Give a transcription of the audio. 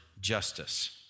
justice